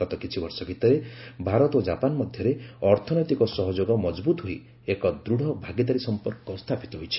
ଗତ କିଛିବର୍ଷଭିତରେ ଭାରତ ଓ ଜାପାନ ମଧ୍ୟରେ ଅର୍ଥନୈତିକ ସହଯୋଗ ମଚ୍ଚଭୁତ ହୋଇ ଏକ ଦୂଢ଼ ଭାଗିଦାରୀ ସମ୍ପର୍କ ସ୍ଥାପିତ ହୋଇଛି